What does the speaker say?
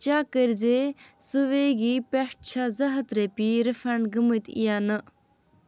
check کٔرۍ زِ Swiggy پٮ۪ٹھ چھا زٕ ہَتھ رۄپیہِ رِفنڑ گٔمٕتۍ یا نَہ